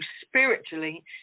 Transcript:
spiritually